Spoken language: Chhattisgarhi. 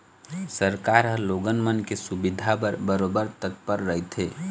सरकार ह लोगन मन के सुबिधा बर बरोबर तत्पर रहिथे